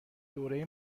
دوره